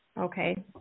Okay